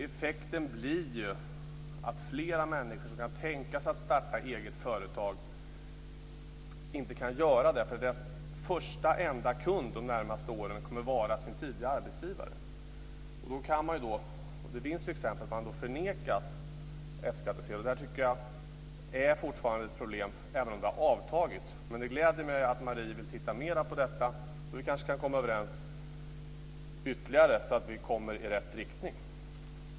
Effekten blir att fler människor som kan tänka sig att starta eget företag inte kan göra det, därför att deras första och enda kund de närmaste åren kommer att vara deras tidigare arbetsgivare. Det finns exempel på sådana fall där F-skattsedel nekas. Det är fortfarande ett problem, även om det har avtagit. Det gläder mig att Marie Engström vill titta närmare på frågan. Vi kanske kan komma överens, så att vi kan ta steg i rätt riktning.